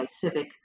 Civic